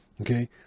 okay